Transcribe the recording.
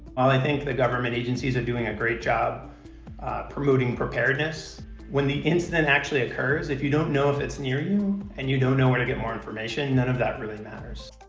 while i think the government agencies are doing a great job promoting preparedness when the incident actually occurs, if you don't know if it's near you and you don't know where to get more information, none of that really matters.